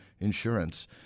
insurance